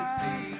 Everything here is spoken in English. see